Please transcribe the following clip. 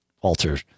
alter